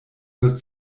wird